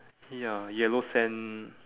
ya yellow sand